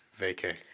vacay